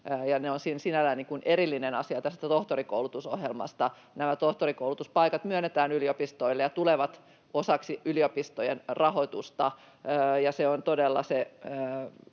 ne ovat sinällään erillinen asia tästä tohtorikoulutusohjelmasta. Nämä tohtorikoulutuspaikat myönnetään yliopistoille ja tulevat osaksi yliopistojen rahoitusta